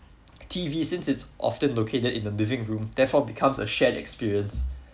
T_V since it's often located in living room therefore becomes a shared experience